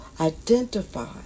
identify